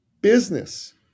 business